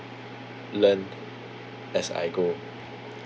learn as I go